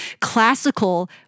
classical